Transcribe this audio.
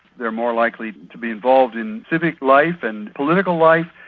they're more likely to be involved in civic life and political life,